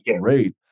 great